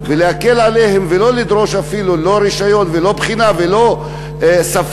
להקל עליהם ולא לדרוש אפילו רישיון ובחינה ושפה,